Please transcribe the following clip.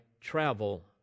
travel